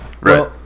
Right